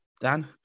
Dan